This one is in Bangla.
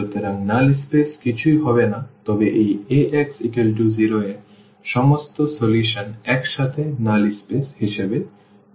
সুতরাং নাল স্পেস কিছুই হবে না তবে এই Ax0 এর সমস্ত সমাধান একসাথে নাল স্পেস হিসাবে বলা হবে